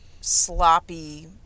sloppy